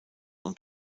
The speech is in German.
und